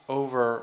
over